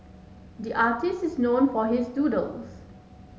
the artist is known for his doodles